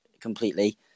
completely